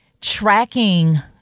tracking